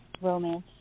Romance